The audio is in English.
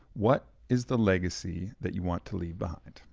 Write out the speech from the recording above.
what is the legacy that you want to leave behind?